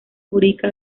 jurídica